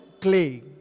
clay